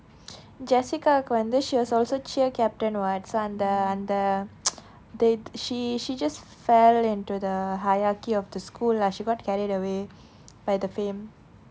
jessica க்கு வந்து:kku vanthu she was also cheer captain [what] so அந்த அந்த:antha antha the she she just fell into the hierarchy of the school lah she got carried away by the fame